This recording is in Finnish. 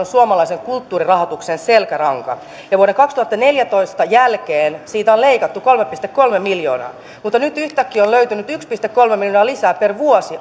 on suomalaisen kulttuurirahoituksen selkäranka ja vuoden kaksituhattaneljätoista jälkeen siitä on leikattu kolme pilkku kolme miljoonaa mutta nyt yhtäkkiä on löytynyt yksi pilkku kolme miljoonaa lisää per vuosi